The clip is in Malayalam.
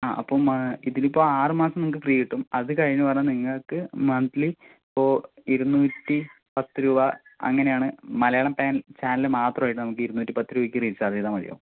ആ അപ്പോൾ ഇതിലിപ്പോൾ ആറ് മാസം നിങ്ങൾക്ക് ഫ്രീ കിട്ടും അത് കഴിഞ്ഞു പറഞ്ഞാൽ നിങ്ങൾക്ക് മന്ത്ലി ഇപ്പോൾ ഇരുന്നൂറ്റി പത്തുരൂപ അങ്ങനെയാണ് മലയാളം പാൻ ചാനല് മാത്രമായിട്ട് നമുക്ക് ഇരുന്നൂറ്റിപത്തുരൂപക്ക് റീചാർജ് ചെയ്താൽ മതിയാവും